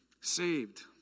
Saved